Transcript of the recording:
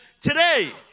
today